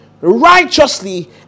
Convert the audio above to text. righteously